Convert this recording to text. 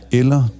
eller